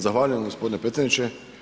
Zahvaljujem gospodine predsjedniče.